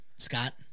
Scott